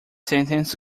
sentence